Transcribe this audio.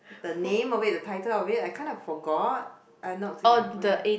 the name of it the title of it I kinda forgot uh no that